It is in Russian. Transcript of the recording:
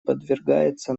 подвергается